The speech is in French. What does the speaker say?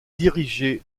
dirigé